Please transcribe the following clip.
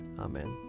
Amen